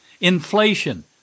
Inflation